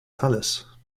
palace